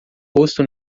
rosto